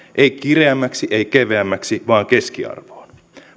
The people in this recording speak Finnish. ei kireämmäksi ei keveämmäksi vaan keskiarvoon